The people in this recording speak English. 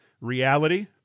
Reality